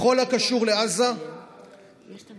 בכל הקשור לעזה --- איך אנחנו